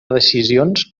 decisions